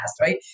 right